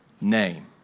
name